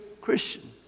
Christian